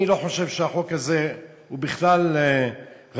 אני לא חושב שהחוק הזה הוא בכלל ראוי,